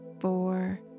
four